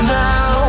now